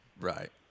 Right